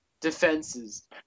defenses